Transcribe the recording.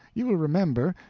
you will remember,